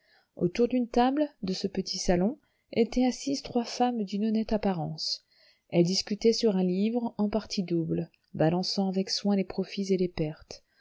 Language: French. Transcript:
autour d'une table de ce petit salon étaient assises trois femmes d'une honnête apparence elles discutaient sur un livre en partie double balançant avec soin les profits et les pertes